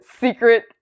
secret